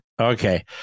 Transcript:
Okay